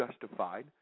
justified